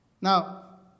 Now